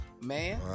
Man